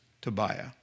Tobiah